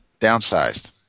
Downsized